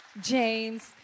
James